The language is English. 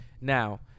Now